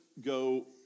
go